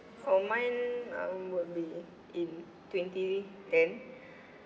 for mine um would be in twenty ten